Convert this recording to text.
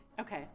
okay